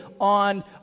on